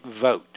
vote